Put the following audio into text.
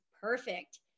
Perfect